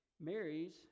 marries